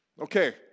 Okay